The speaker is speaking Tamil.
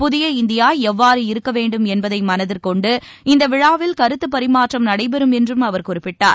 புதிய இந்தியா எவ்வாறு இருக்க வேண்டும் என்பதை மனதிற் கொண்டு இந்த விழாவில் கருத்து பரிமாற்றம் நடைபெறும் என்றும் அவர் குறிப்பிட்டார்